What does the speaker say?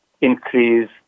increase